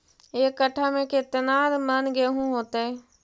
एक कट्ठा में केतना मन गेहूं होतै?